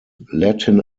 latin